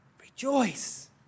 Rejoice